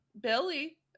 Billy